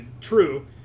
true